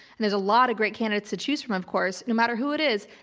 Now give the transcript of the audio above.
and there's a lot of great candidates to choose from, of course, no matter who it is,